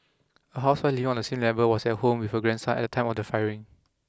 a housewife living on the same level was at home with her grandson at the time of the firing